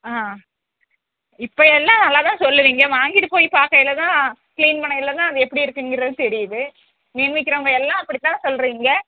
ஆ ஆ இப்போ எல்லாம் நல்லாத்தான் சொல்வீங்க வாங்கிட்டு போய் பார்க்கையில தான் க்ளீன் பண்ணயில தான் அது எப்படியிருக்குங்குறது தெரியுது மீன் விக்கிறவங்க எல்லாம் அப்படித்தான் சொல்கிறீங்க